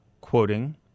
quoting